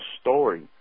story